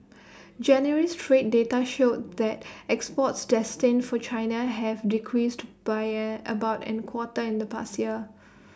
January's trade data showed that exports destined for China have decreased buyer about an quarter in the past year